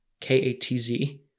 K-A-T-Z